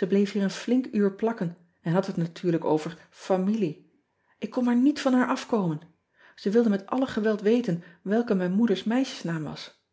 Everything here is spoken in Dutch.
e bleef hier een flink uur plakken en had het natuurlijk over amilie k kon maar niet van haar afkomen e wilde met alle geweld weten welke mijn oeders meisjesnaam was